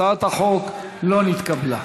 הצעת החוק לא נתקבלה.